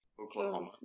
oklahoma